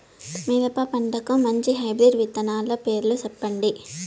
మిరప పంటకు మంచి హైబ్రిడ్ విత్తనాలు పేర్లు సెప్పండి?